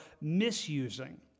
misusing